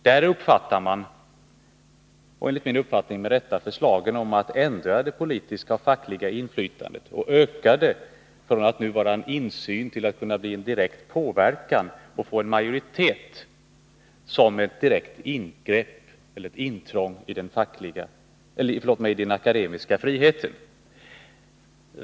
Där uppfattar man — enligt min mening med rätta —- förslagen om en ändring när det gäller det politiska och fackliga inflytandet från insyn till direkt påverkan och majoritet, som ett direkt ingrepp, ett intrång i den akademiska friheten.